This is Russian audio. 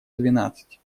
двенадцать